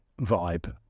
vibe